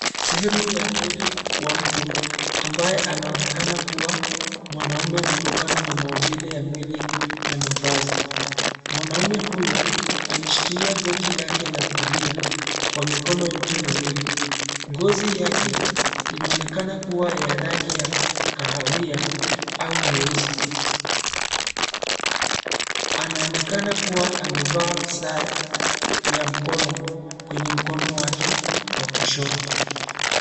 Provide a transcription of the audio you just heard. Sehemu ya mwili wa mtu ambaye anaonekana kuwa mwanaume kutokana na maumbile ya mwili na mavazi. Mwanaume huyo ameshikilia goti lake la kulia kwa mikono yote miwili. Ngozi yake inaonekana kuwa ya rangi ya kahawia au nyeusi. Anaonekana kuwa amevaa saa ya mkono kwenye mkono wake wa kushoto.